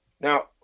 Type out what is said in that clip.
Now